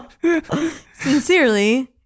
Sincerely